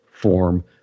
form